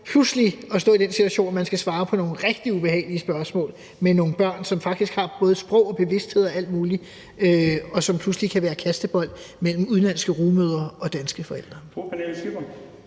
pludselig at stå i den situation, at man skal svare på nogle rigtig ubehagelige spørgsmål med nogle børn, som faktisk har både sprog og bevidsthed og alt muligt, og som pludselig kan blive kastebold mellem udenlandske rugemødre og danske forældre.